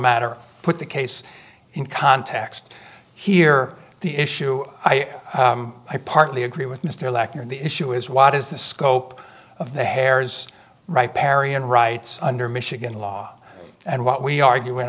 matter put the case in context here the issue i partly agree with mr lacker and the issue is what is the scope of the hairs right parry and rights under michigan law and what we argue in